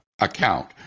account